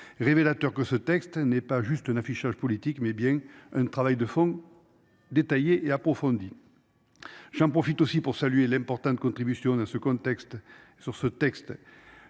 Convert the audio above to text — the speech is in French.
révélateur que ce texte n'est pas juste un affichage politique mais bien un travail de fond. Détaillée et approfondie. J'en profite aussi pour saluer l'importante contribution dans ce contexte